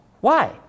Why